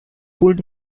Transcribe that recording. pulled